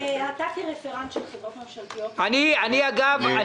ואתה כרפרנט של חברות ממשלתיות תקפידו